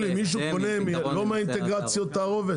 מישהו קונה לא מהאינטגרציות תערובת?